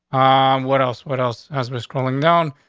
um, what else? what else has been scrolling down,